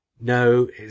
no